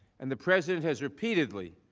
and the president has repeatedly,